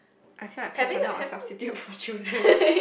I feel like pets are not a substitute for children